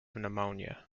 pneumonia